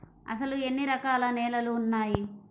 అసలు ఎన్ని రకాల నేలలు వున్నాయి?